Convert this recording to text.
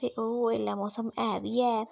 ते ओह् मौौसम इसलै है बी ऐ